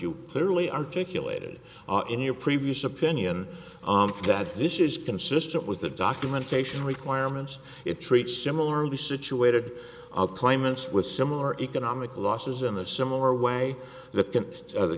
clearly articulated in your previous opinion on that this is consistent with the documentation requirements it treats similarly situated up claimants with similar economic losses in a similar way the other